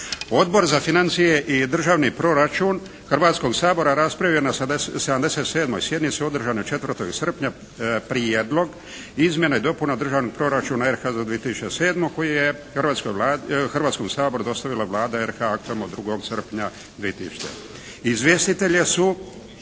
Odbor za financije i državni proračun Hrvatskog sabora raspravio je na 77. sjednici održanoj 4. srpnja Prijedlog izmjena i dopuna državnog proračuna RH-a za 2007. koji je Hrvatskom saboru dostavila Vlada RH-a aktom od 2. srpnja …/Govornik se